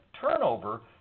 turnover